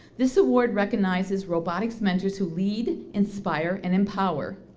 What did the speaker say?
this award recognizes robotics mentors who lead, inspire, and empower.